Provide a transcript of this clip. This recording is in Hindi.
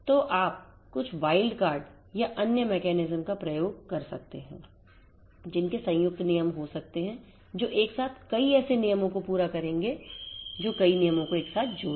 तो आप कुछ वाइल्ड कार्ड या अन्य मैकेनिज्म का उपयोग कर सकते हैं जिनके संयुक्त नियम हो सकते हैं जो एक साथ कई ऐसे नियमों को पूरा करेंगे जो कई नियमों को एक साथ जोड़ दे